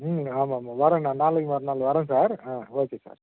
ம் ஆமாமா வரேன் நான் நாளைக்கு மறுநாள் வரேன் சார் ஆ ஓகே சார்